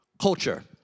Culture